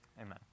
Amen